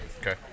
Okay